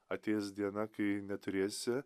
ateis diena kai neturėsi